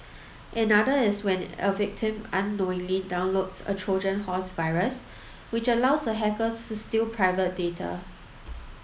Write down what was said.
another is when a victim unknowingly downloads a Trojan horse virus which allows a hacker to steal private data